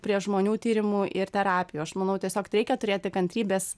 prie žmonių tyrimų ir terapijų aš manau tiesiog reikia turėti kantrybės